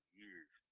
years